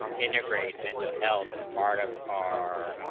integrate mental health as part of r,